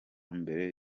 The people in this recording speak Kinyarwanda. mbere